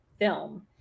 film